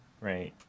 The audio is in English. right